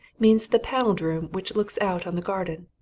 means the panelled room which looks out on the garden.